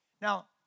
Now